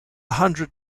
hundred